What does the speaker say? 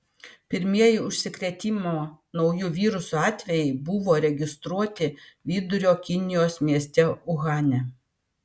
pirmieji užsikrėtimo nauju virusu atvejai buvo registruoti vidurio kinijos mieste uhane